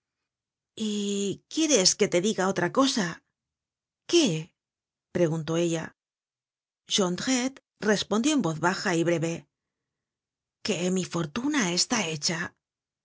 quieres que te diga otra cosa qué preguntó ella jondrette respondió en voz baja y breve que mi fortuna está hecha